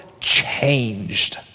changed